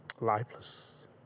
Lifeless